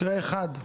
מקרה אחד.